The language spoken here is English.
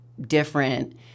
different